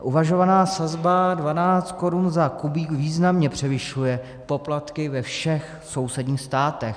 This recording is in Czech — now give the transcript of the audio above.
Uvažovaná sazba 12 korun za kubík významně převyšuje poplatky ve všech sousedních státech.